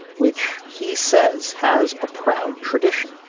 which he says has a proud tradition.